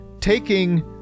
taking